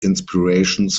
inspirations